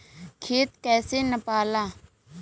खेत कैसे नपाला?